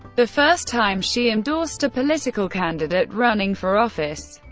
the first time she endorsed a political candidate running for office.